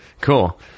Cool